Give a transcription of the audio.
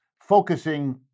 focusing